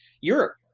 Europe